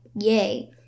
yay